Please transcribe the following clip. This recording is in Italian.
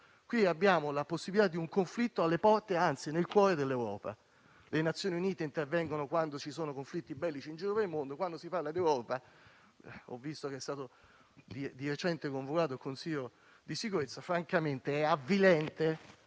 c'è la possibilità di un conflitto alle porte, anzi nel cuore dell'Europa. Le Nazioni Unite intervengono quando ci sono conflitti bellici in giro per il mondo; quando si parla d'Europa - ho visto che è stato di recente convocato il Consiglio di sicurezza - è francamente avvilente